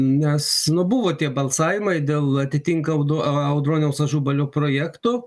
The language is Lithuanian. nes nu buvo tie balsavimai dėl atitinka nu audroniaus ažubalio projekto